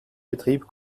betrieb